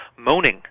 moaning